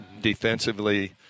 defensively